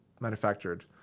manufactured